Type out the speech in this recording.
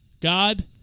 God